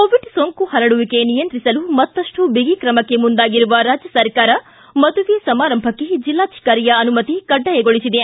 Covid ಸೋಂಕು ಪರಡುವಿಕೆ ನಿಯಂತ್ರಿಸಲು ಮತ್ತಷ್ಟು ಬಿಗಿ ತ್ರಮಕ್ಕೆ ಮುಂದಾಗಿರುವ ರಾಜ್ಯ ಸರ್ಕಾರ ಮದುವೆ ಸಮಾರಂಭಕ್ಕೆ ಜಿಲ್ಲಾಧಿಕಾರಿಯ ಅನುಮತಿ ಕಡ್ಡಾಯಗೊಳಿಸಿದೆ